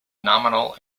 nominal